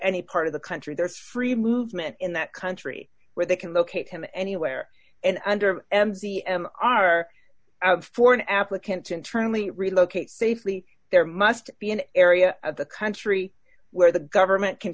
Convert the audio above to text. any part of the country there is free movement in that country where they can locate him anywhere and under m z m r for an applicant to internally relocate safely there must be an area of the country where the government can